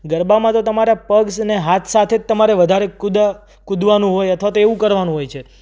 ગરબામાં તો તમારા પગ અને હાથ સાથે જ તમારે વધારે કૂદવાનું હોય અથવા તો એવું કરવાનું હોય છે